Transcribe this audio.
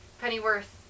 Pennyworth